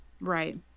Right